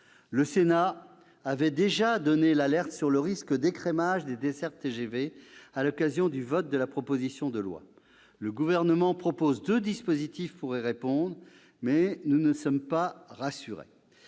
Le Sénat avait déjà donné l'alerte sur le risque d'écrémage des dessertes TGV à l'occasion du vote de la proposition de loi. Le Gouvernement propose deux dispositifs pour y répondre, mais nous ne sommes pas rassurés